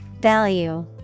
Value